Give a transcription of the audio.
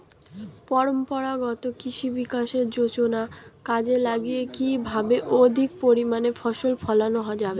পরম্পরাগত কৃষি বিকাশ যোজনা কাজে লাগিয়ে কিভাবে অধিক পরিমাণে ফসল ফলানো যাবে?